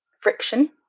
friction